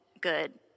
good